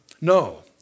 No